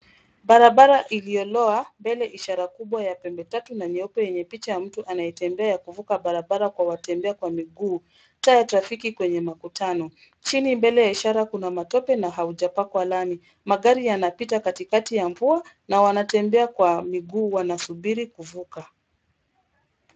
Barabara iliyoloa, mbele ishara kubwa ya pembe tatu na nyeupe yenye picha ya mtu anaetembea kuvuka barabara kwa watembea kwa miguu. Taa ya trafiki kwenye makutano. Chini mbele ya ishara kuna matope na haujapakwa lami. Magari yanapita katikati ya mvua, na wanatembea kwa miguu wanasubiri kuvuka.